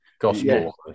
Gospel